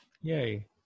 Yay